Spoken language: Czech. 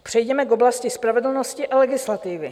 Přejděme k oblasti spravedlnosti a legislativy.